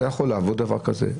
זה יכול לעבוד, דבר כזה?